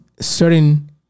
certain